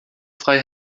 frei